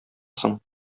соң